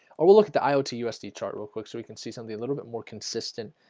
i will look at the iot usd chart real quick so we can see something a little bit more consistent